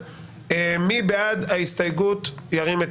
מי בעד ההסתייגות, ירים את